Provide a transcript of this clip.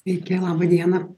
sveiki labą dieną